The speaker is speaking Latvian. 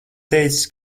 teicis